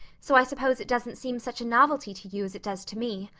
so i suppose it doesn't seem such a novelty to you as it does to me.